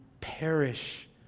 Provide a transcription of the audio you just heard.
perish